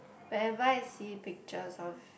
whenever I see pictures of